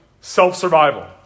self-survival